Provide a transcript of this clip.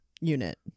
unit